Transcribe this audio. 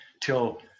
till